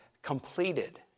completed